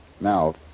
Now